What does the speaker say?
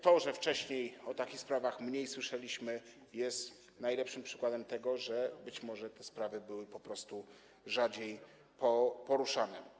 To, że wcześniej o takich sprawach mniej słyszeliśmy, jest najlepszym przykładem tego, że być może te sprawy były po prostu rzadziej poruszane.